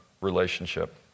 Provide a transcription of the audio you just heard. relationship